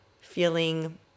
feeling